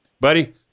Buddy